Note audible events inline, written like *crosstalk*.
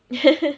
*laughs*